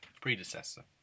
predecessor